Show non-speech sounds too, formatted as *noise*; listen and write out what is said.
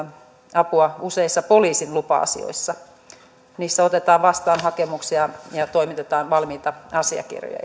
apua useissa poliisin lupa asioissa niissä otetaan vastaan hakemuksia ja toimitetaan valmiita asiakirjoja *unintelligible*